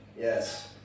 Yes